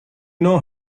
know